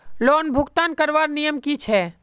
Loan भुगतान करवार नियम की छे?